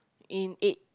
in eight